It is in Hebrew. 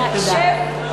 תודה.